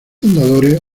fundadores